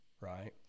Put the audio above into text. right